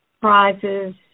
prizes